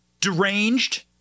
deranged